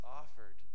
offered